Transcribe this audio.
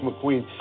McQueen